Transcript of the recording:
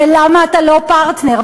ולמה אתה לא פרטנר,